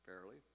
fairly